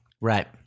Right